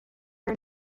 are